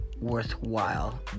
worthwhile